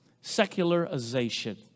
secularization